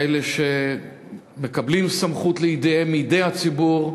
כאלה שמקבלים סמכות לידיהם מידי הציבור,